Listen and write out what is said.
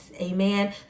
amen